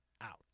out